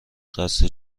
قصد